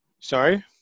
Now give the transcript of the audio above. Sorry